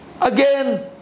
Again